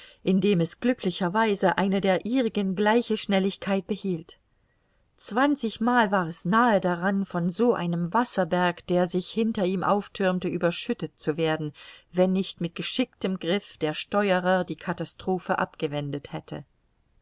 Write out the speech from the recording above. indem es glücklicherweise eine der ihrigen gleiche schnelligkeit behielt zwanzigmal war es nahe daran von so einem wasserberg der sich hinter ihm aufthürmte überschüttet zu werden wenn nicht mit geschicktem griff der steuerer die katastrophe abgewendet hätte